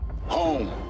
Home